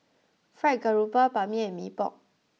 Fried Garoupa Ban Mian and Mee Pok